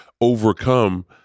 overcome